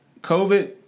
COVID